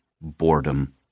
boredom